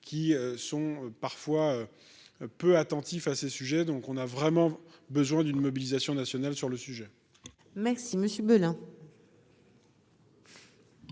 qui sont parfois peu attentif à ces sujets, donc on a vraiment besoin d'une mobilisation nationale sur le sujet. Merci Monsieur Beulin.